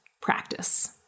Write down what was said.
practice